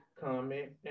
comment